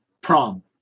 prom